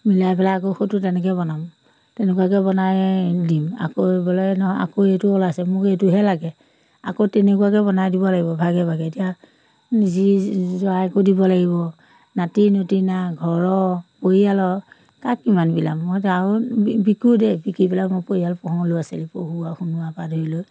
মিলাই পেলাই আকৌ সেইটো তেনেকৈ বনাম তেনেকুৱাকৈ বনাই দিম আকৌ বোলে নহয় আকৌ এইটো ওলাইছে মোক এইটোহে লাগে আকৌ তেনেকুৱাকৈ বনাই দিব লাগিব ভাগে ভাগে এতিয়া জী জোৱাইকো দিব লাগিব নাতি নাতিনী ঘৰৰ পৰিয়ালৰ কাক কিমান বিলাম মইতো আৰু বিকো দেই বিকি পেলাই মই পৰিয়াল পোহো ল'ৰা ছোৱালী পঢ়োৱা শুনোৱা পৰা ধৰি লৈ